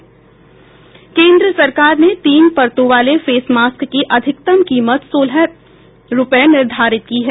केन्द्र सरकार ने तीन परतों वाले फेस मास्क की अधिकतम कीमत सोलह रुपये निर्धारित की है